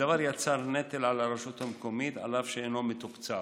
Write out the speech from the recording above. הדבר יצר נטל על הרשות המקומית אף שאינו מתוקצב.